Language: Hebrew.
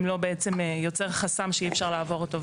אם לא בעצם יוצר חסם שאי אפשר לעבור אותו.